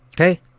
Okay